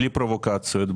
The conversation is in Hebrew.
בלי פרובוקציות,